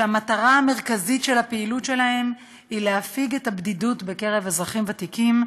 והמטרה המרכזית של הפעילות שלהם היא להפיג את הבדידות של אזרחים ותיקים,